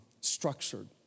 structured